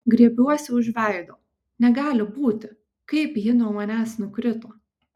griebiuosi už veido negali būti kaip ji nuo manęs nukrito